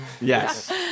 Yes